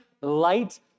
light